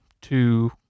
two